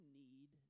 need